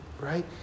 right